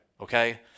okay